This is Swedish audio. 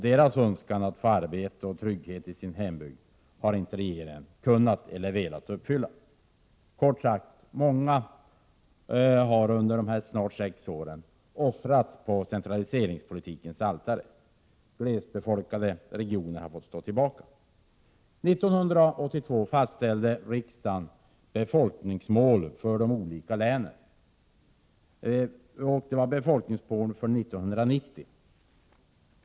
Deras önskan att få arbete och trygghet i sin hembygd har regeringen inte kunnat eller velat uppfylla. Kort sagt: Många människor har under dessa sex år offrats på centraliseringspolitikens altare. Glesbefolkade regioner har fått stå tillbaka. År 1982 fastställde riksdagen befolkningsmål för de olika länen fram till år 1990.